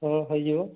ହଁ ହୋଇଯିବ